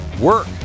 work